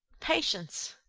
patience!